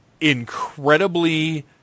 incredibly